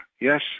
Yes